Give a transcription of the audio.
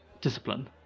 discipline